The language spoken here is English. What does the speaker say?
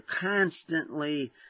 constantly